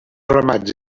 ramats